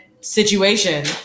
situation